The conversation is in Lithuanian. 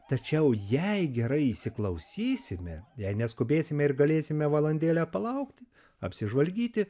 tačiau jei gerai įsiklausysime jei neskubėsime ir galėsime valandėlę palaukti apsižvalgyti